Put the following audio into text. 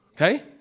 okay